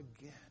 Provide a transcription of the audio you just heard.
again